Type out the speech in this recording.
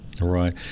Right